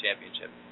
championship